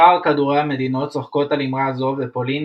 שאר כדורי-המדינות צוחקות על אמרה זו ופולין,